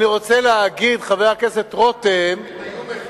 אם היו מחדלים,